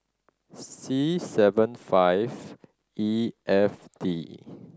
C seven five E F D